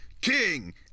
King